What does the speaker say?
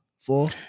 four